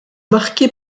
marquée